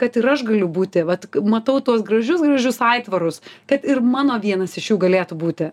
kad ir aš galiu būti vat matau tuos gražius gražius aitvarus kad ir mano vienas iš jų galėtų būti